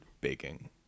baking